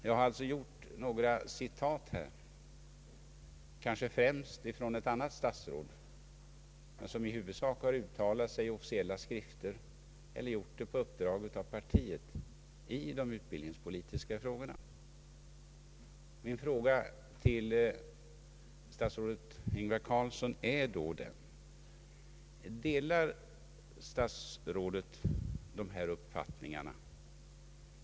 Jag har faktiskt anfört några citat här, kanske främst från ett annat statsråd som i huvudsak uttalat sig i officiella skrifter eller gjort det på uppdrag av partiet i de utbildningspolitiska frågorna. Min konkreta fråga till herr statsrådet Ingvar Carlsson är då: Delar statsrådet dessa uppfattningar?